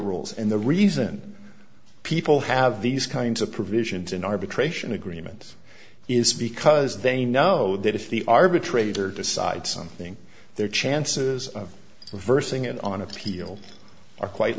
rules and the reason people have these kinds of provisions in arbitration agreement is because they know that if the arbitrator decide something their chances of versing it on appeal are quite